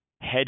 hedge